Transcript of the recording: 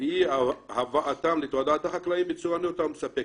ואי הבאתם לתודעת החקלאים בצורה נאותה ומספקת,